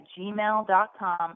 gmail.com